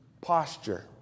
posture